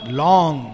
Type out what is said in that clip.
long